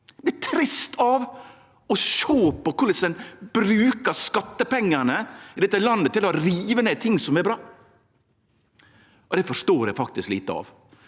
Eg vert trist av å sjå korleis ein brukar skattepengane i dette landet til å rive ned ting som er bra. Det forstår eg faktisk lite av.